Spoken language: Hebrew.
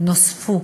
נוספו.